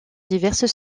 diverses